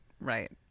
right